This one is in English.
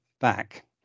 back